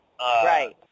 Right